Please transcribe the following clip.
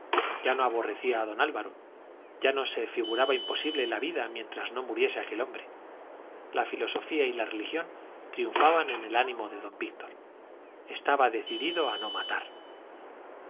ya no aborrecía a don álvaro ya no se figuraba imposible la vida mientras no muriese aquel hombre la filosofía y la religión triunfaban en el ánimo de don víctor estaba decidido a no matar